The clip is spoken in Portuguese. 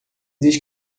diz